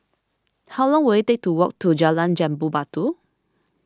how long will it take to walk to Jalan Jambu Batu